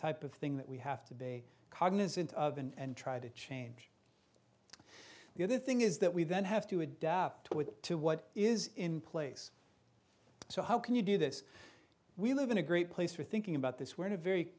type of thing that we have to be cognizant of and try to change the other thing is that we then have to adapt to what is in place so how can you do this we live in a great place for thinking about this we're in a very